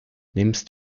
nimmst